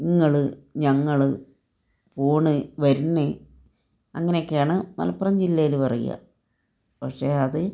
ഇങ്ങള് ഞങ്ങള് പോണ് വരണ് അങ്ങനെയെക്കെയാണ് മലപ്പുറം ജില്ലയിൽ പറയുക പക്ഷേ അത്